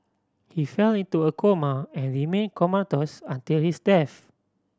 he fell into a coma and remain comatose until his death